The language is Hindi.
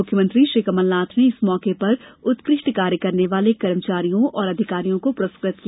मुख्यमंत्री श्री कमल नाथ ने इस मौके पर उत्कृष्ट कार्य करने वाले कर्मचारियों और अधिकारियों को पुरस्कृत किया